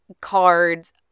cards